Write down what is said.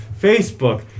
Facebook